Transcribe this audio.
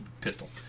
pistol